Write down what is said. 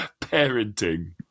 Parenting